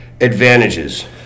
advantages